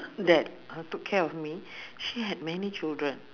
that took care of me she had many children